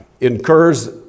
incurs